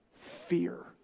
fear